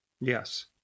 Yes